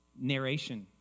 narration